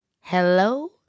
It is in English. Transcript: Hello